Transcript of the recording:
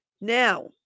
Now